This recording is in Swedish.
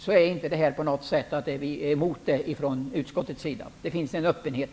Vi är inte på något sätt emot det från utskottets sida. Det finns en öppenhet.